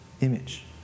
image